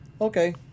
Okay